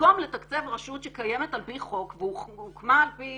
במקום לתקצב רשות שקיימת על פי חוק והוקמה על פי